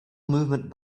movement